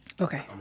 Okay